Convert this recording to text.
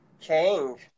Change